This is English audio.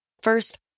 First